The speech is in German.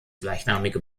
gleichnamige